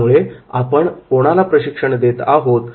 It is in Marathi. त्यामुळे आपण कोणाला प्रशिक्षण देत आहोत